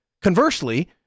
Conversely